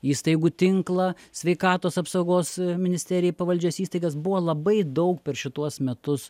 įstaigų tinklą sveikatos apsaugos ministerijai pavaldžias įstaigas buvo labai daug per šituos metus